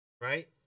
right